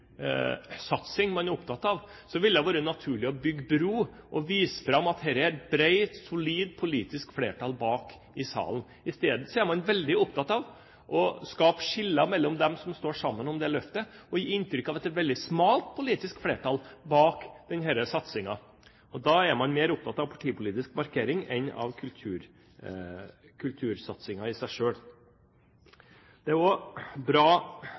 vise fram at dette er det et bredt, solid politisk flertall bak i salen. I stedet er man veldig opptatt av å skape skiller mellom dem som står sammen om det løftet, og å gi inntrykk av at det er et veldig smalt politisk flertall bak denne satsingen. Da er man mer opptatt av partipolitisk markering enn av kultursatsingen i seg selv. Det er opplagt at det er bra for jazzen, det er bra for rocken, og det er bra